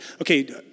okay